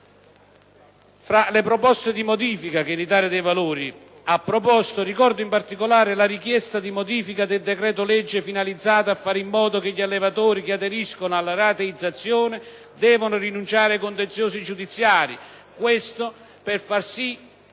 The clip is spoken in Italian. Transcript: Tra le proposte dell'Italia dei Valori, ricordo in particolare, la richiesta di modifica del decreto-legge finalizzata a fare in modo che gli allevatori che aderiscono alla rateizzazione debbano rinunciare ai contenziosi giudiziari. Ciò sarebbe stato